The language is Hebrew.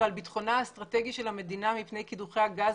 ועל בטחונה האסטרטגי של המדינה מפני קידוחי הגז